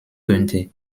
könnte